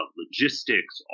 logistics